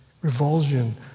revulsion